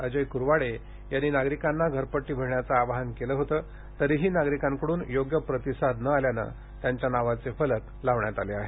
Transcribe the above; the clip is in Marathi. अजय क्रवाडे यांनी नागरिकांना घरपट्टी भऱण्याचे आवाहन केले होते तरीही नागरिकांकडून योग्य प्रतिसाद न आल्याने फलक लावण्यात आले आहेत